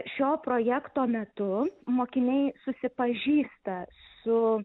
šio projekto metu mokiniai susipažįsta su